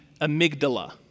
amygdala